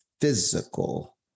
physical